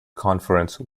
conference